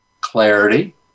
Clarity